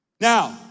Now